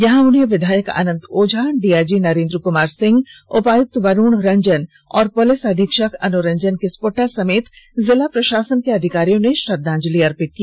यहां उन्हें विधायक अनंत ओझा डीआईजी नरेंद्र कुमार सिंह उपायुक्त वरुण रंजन और पुलिस अधीक्षक अनुरंजन किस्पोद्दा समेत जिला प्रषासन के अधिकारियों ने श्रद्धांजलि अर्पित की